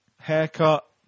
haircut